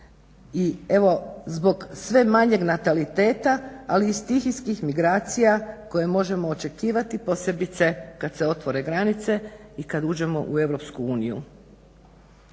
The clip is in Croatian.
i evo zbog sve manjeg nataliteta, ali i stihijskih migracija koje možemo očekivati posebice kada se otvore granice i kada uđemo u EU.